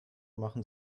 machen